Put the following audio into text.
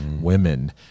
women